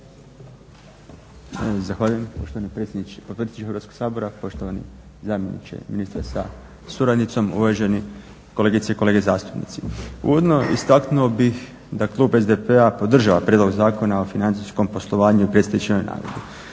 Zahvaljujem poštovani potpredsjedniče Hrvatskog sabora, poštovani zamjeniče ministra sa suradnicom, uvaženi kolegice i kolege zastupnici. Uvodno, istaknuo bih da klub SDP-a podržava prijedlog Zakona o financijskom poslovanju i …/Govornik se ne